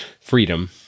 freedom